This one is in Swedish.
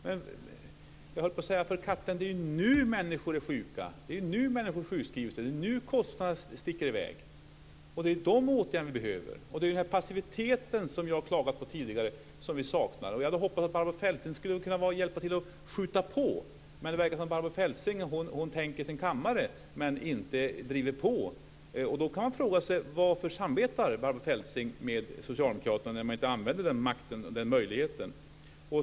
Men det är ju nu människor är sjuka, för katten! Det är nu människor sjukskriver sig och det är nu kostnaderna sticker i väg. Det är sådana åtgärder vi behöver. Jag har klagat på den här passiviteten tidigare. Vi saknar aktivitet. Jag hade hoppats att Barbro Feltzing skulle kunna hjälpa till att skjuta på, men det verkar som om Barbro Feltzing tänker i sin kammare men inte driver på. Man kan fråga sig varför Barbro Feltzing samarbetar med Socialdemokraterna när hon inte använder makten och möjligheten.